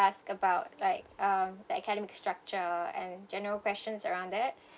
ask about like uh the academic structure and general questions around that